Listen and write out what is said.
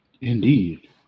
Indeed